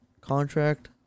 contract